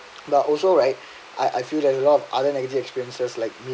but also right I I feel that a lot of other negative experiences like